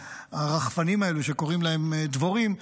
הרחפנים האלו שקוראים להם דבורים,